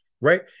right